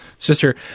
sister